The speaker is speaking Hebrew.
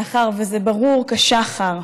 מאחר שזה ברור כשחר,